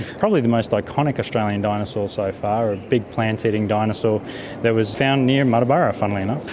probably the most iconic australian dinosaur so far, a big plant-eating dinosaur that was found near muttaburra, funnily enough.